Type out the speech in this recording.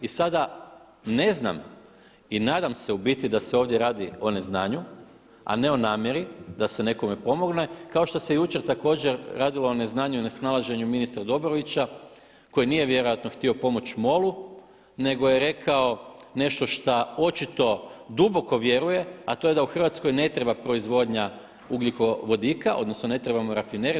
I sada ne znam i nadam se u biti da se ovdje radi o neznanju a ne o namjeri da nekome pomogne kako što se jučer također radilo o neznanju i nesnalaženju ministra Dobrovića koji nije vjerojatno htio pomoći MOL-u nego je rekao nešto šta očito duboko vjeruje a to je da u Hrvatskoj ne treba proizvodnja ugljikovodika, odnosno ne trebamo rafineriju.